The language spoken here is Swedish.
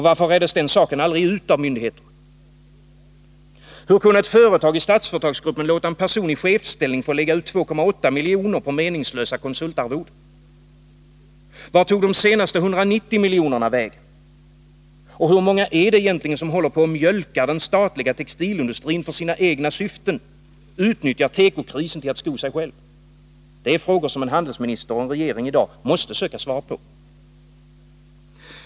Varför reddes den saken aldrig ut av myndigheterna? Hur kunde ett företag i Statsföretagsgruppen låta en person i chefsställning få lägga ut 2,8 miljoner på meningslösa konsultarvoden? Vart tog de senaste 190 miljonerna vägen? Hur många är det egentligen som håller på att mjölka den statliga textilindustrin för sina egna syften, som utnyttjar tekokrisen till att sko sig själva? Det är frågor som en handelsminister och regering i dag måste söka svar på.